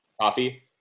Coffee